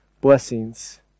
blessings